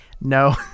No